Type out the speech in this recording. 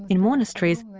in monasteries,